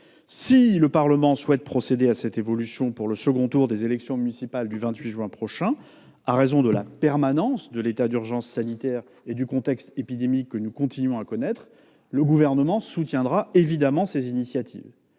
Si le Parlement souhaite procéder à cette évolution pour le second tour des élections municipales du 28 juin prochain, en raison de l'état d'urgence sanitaire et du contexte épidémique que nous continuons de connaître, le Gouvernement soutiendra évidemment ces initiatives.